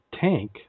tank